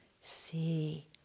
see